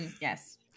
Yes